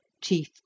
chief